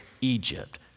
Egypt